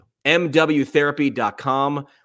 MWTherapy.com